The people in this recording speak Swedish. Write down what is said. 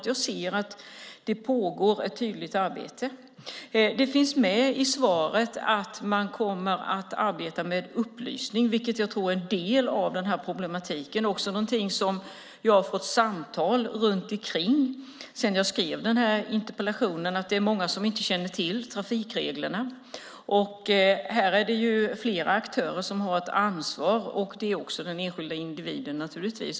Jag ser att det pågår ett tydligt arbete. Det finns med i svaret att man kommer att arbeta med upplysning, vilket jag tror är en del av problematiken. Sedan jag skrev interpellationen har jag också fått samtal om att det finns många som inte känner till trafikreglerna. Här är det flera aktörer som har ett ansvar, naturligtvis också den enskilda individen.